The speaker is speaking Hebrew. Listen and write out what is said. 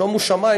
שומו שמים,